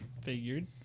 Figured